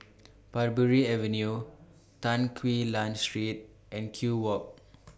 Parbury Avenue Tan Quee Lan Street and Kew Walk